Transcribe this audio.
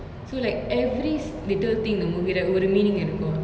so like every is little thing in the movie right ஒரு:oru meaning இருக்கு:iruku